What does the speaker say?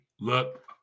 look